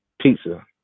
pizza